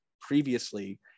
previously